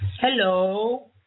Hello